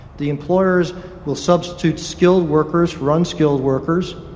the employers will substitute skilled workers for unskilled workers.